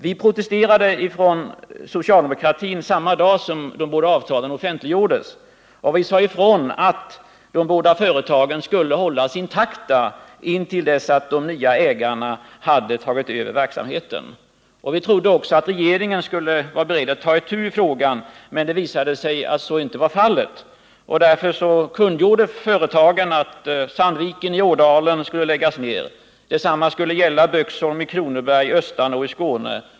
Vi protesterade från socialdemokratin samma dag som de båda avtalen offentliggjordes, och vi sade ifrån att de båda företagen skulle hållas intakta intill dess de nya ägarna hade tagit över verksamheten. Vi trodde också att regeringen skulle vara beredd att ta itu med frågan, men det visade sig att så inte var fallet. Därför kungjorde företagen att Sandviken i Ådalen skulle läggas ned. Detsamma skulle gälla Böksholm i Kronoberg och Östanå i Skåne.